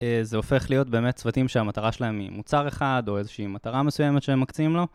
זה הופך להיות באמת צוותים שהמטרה שלהם היא מוצר אחד או איזושהי מטרה מסוימת שהם מקצים לו